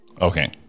Okay